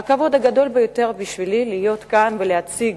והכבוד הגדול ביותר בשבילי הוא להיות כאן ולייצג